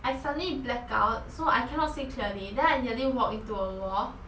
I suddenly blackout so I cannot see clearly then I nearly walk into wall